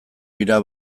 dira